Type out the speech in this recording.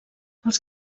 els